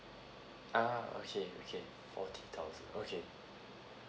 ah okay okay fourty thousand okay